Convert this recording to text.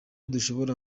gishobora